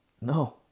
No